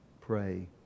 pray